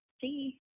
see